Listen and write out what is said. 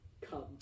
come